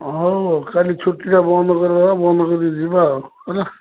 ହଉ ହଉ କାଲି ଛୁଟିଟା ବନ୍ଦ କରିବା ବନ୍ଦ କରିକି ଯିବା ଆଉ ହେଲା